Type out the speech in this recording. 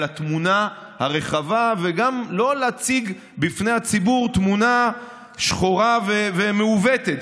התמונה הרחבה וגם לא להציג בפני הציבור תמונה שחורה ומעוותת.